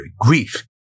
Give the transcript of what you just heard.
grief